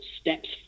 steps